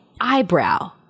eyebrow